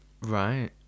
Right